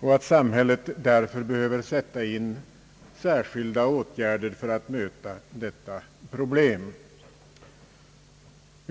och att samhället därför behöver sätta in särskilda åtgärder för att möta detta problem.